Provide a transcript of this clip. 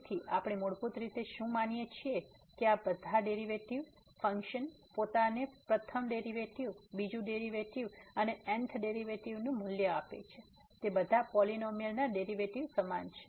તેથી આપણે મૂળભૂત રીતે શું માનીએ છીએ કે આ બધા ડેરીવેટીવ ફંક્શન પોતાને પ્રથમ ડેરીવેટીવ બીજું ડેરીવેટીવ અને n th ડેરીવેટીવનું મૂલ્ય આપે છે તે બધા પોલીનોમીઅલ ના ડેરીવેટીવ સમાન છે